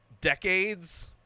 decades